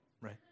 right